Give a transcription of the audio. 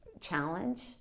challenge